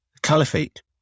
Caliphate